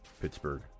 Pittsburgh